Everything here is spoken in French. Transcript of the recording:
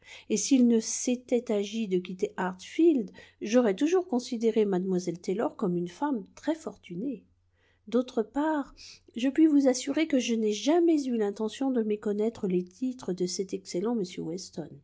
et s'il ne s'était agi de quitter hartfield j'aurais toujours considéré mlle taylor comme une femme très fortunée d'autre part je puis vous assurer que je n'ai jamais eu l'intention de méconnaître les titres de cet excellent m weston